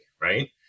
right